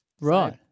Right